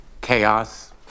chaos